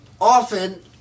often